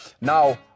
Now